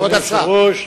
אדוני היושב-ראש,